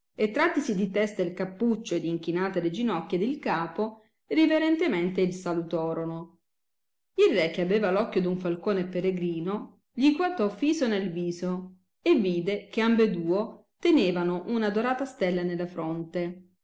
e trattisi di testa il cappuccio ed inchinate le ginocchia ed il capo riverentemente il saluiorono il re che aveva l occhio d un falcone pellegrino gli guatò fiso nel viso e vide che ambeduo tenevano una dorata stella nella fronte